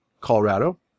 Colorado